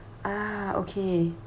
ah okay